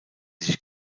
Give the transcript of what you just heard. sich